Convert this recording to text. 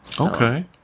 Okay